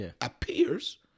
appears